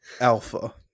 alpha